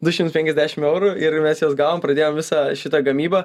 du šimtus penkiasdešim eurų ir mes juos gavom pradėjom visą šitą gamybą